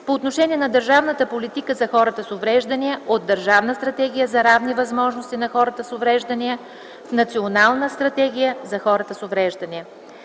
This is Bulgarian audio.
по отношение на държавната политика за хората с увреждания от „Държавна стратегия за равни възможности на хората с увреждания” в „Национална стратегия за хората с увреждания”.